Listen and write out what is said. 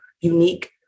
unique